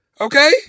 Okay